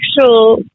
actual